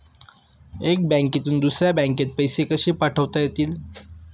एका बँकेतून दुसऱ्या बँकेत पैसे कसे पाठवता येतील?